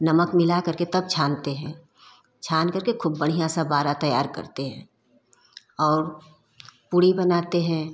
नमक मिलाकर के तब छानते हैं छानकर के खूब बढ़िया से बारा तैयार करते हैं और पूरी बनाते हैं